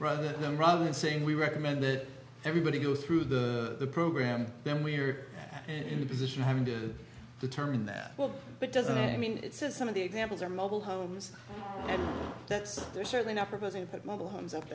rather than rather than saying we recommend that everybody go through the program then we're in the position of having to determine that but doesn't it mean that says some of the examples are mobile homes and that's certainly not proposing that mobile homes